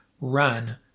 run